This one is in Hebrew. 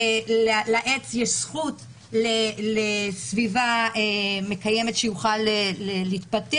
לעץ יש זכות לסביבה מקיימת שהוא יוכל להתפתח.